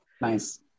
Nice